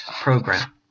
program